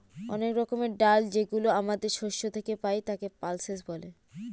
অনেক রকমের ডাল যেগুলো আমাদের শস্য থেকে পাই, তাকে পালসেস বলে